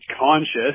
conscious